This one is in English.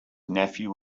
nephew